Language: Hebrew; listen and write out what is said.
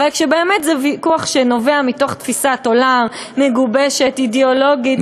אבל כשבאמת זה ויכוח שנובע מתוך תפיסת עולם מגובשת אידיאולוגית,